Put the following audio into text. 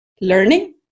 learning